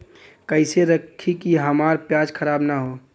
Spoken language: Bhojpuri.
कइसे रखी कि हमार प्याज खराब न हो?